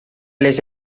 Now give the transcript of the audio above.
les